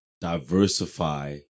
diversify